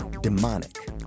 demonic